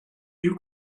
you